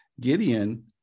Gideon